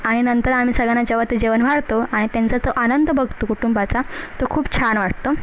आणि नंतर आम्ही सगळ्यांना जेव्हा ते जेवण वाढतो आणि त्यांचा तो आनंद बघतो कुटुंबाचा तो खूप छान वाटतो